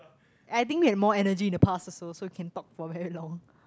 I think they more energy in the past also so you can talk for very long